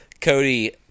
Cody